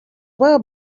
well